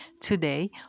today